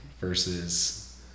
versus